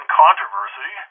controversy